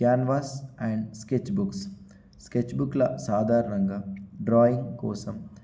canvas and sketch books sketch బుక్ల సాధారణంగా drawing కోసం